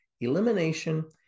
elimination